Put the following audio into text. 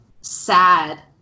sad